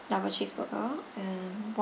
double cheese burger and